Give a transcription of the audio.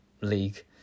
league